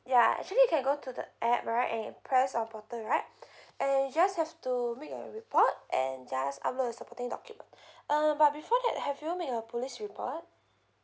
ya actually you can go to the app right and you press our portal right and you just have to make a report and just upload a supporting document uh but before that have you make a police report